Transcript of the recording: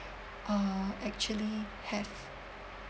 uh actually have